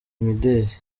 imideri